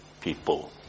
people